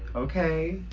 okay?